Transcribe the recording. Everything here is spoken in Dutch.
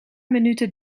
minuten